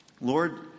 lord